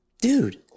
Dude